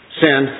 sin